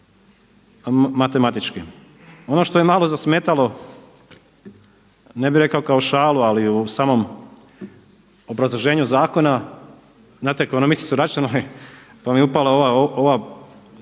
matematički. Ono što je malo zasmetalo ne bih rekao kao šalu, ali u samom obrazloženju zakona znate ekonomisti su računali pa mi upao ovaj